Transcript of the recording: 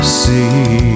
see